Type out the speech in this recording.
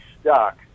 stuck